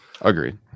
agreed